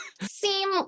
seem